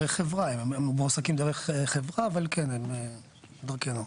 הם מועסקים דרך חברה, אבל כן, הם דרכנו.